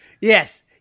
Yes